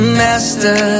master